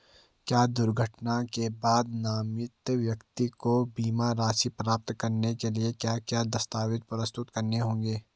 क्या दुर्घटना के बाद नामित व्यक्ति को बीमा राशि प्राप्त करने के लिए क्या क्या दस्तावेज़ प्रस्तुत करने होंगे?